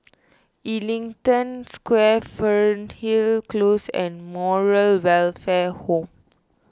Ellington Square Fernhill Close and Moral Welfare Home